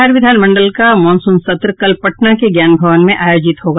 बिहार विधानमंडल का मॉनूसन सत्र कल पटना के ज्ञान भवन में आयोजित होगा